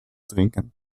drinken